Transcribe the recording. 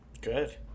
Good